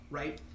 right